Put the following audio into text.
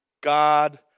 God